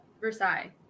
Versailles